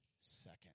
second